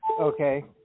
okay